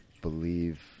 believe